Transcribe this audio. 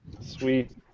Sweet